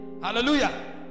Hallelujah